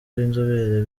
w’inzobere